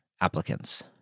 applicants